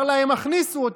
אמר להם: הכניסו אותם.